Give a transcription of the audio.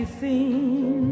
seen